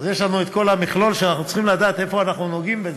אז יש לנו כל המכלול שאנחנו צריכים לדעת איפה אנחנו נוגעים בזה.